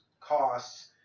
costs